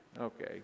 Okay